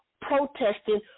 protesting